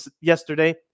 yesterday